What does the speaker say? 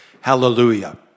hallelujah